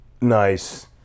Nice